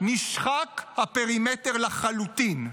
נשחק הפרימטר לחלוטין.